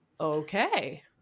okay